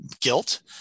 guilt